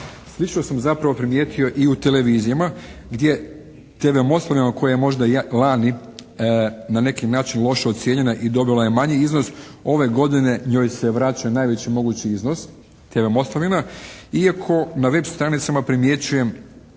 Slično sam zapravo primijetio i u televizijama gdje TV Moslavina u kojoj je možda lani na neki način loše ocijenjena i dobila je manji iznos, ove godine njoj se vraća najveći mogući iznos. TV Moslavina, iako na web stranicama primjećujem